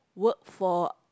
work for